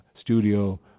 studio